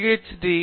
ஹ்ச்டீ Ph